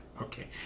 Okay